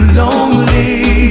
lonely